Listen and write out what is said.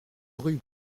rue